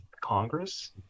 Congress